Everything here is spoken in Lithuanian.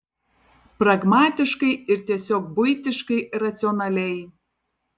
pragmatiškai ir tiesiog buitiškai racionaliai